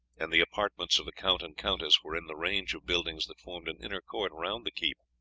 and the apartments of the count and countess were in the range of buildings that formed an inner court round the keep.